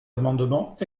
amendement